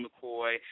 McCoy